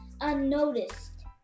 unnoticed